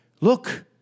Look